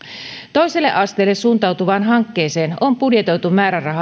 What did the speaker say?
toiselle asteelle suuntautuvaan hankkeeseen on budjetoitu määrärahaa